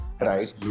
right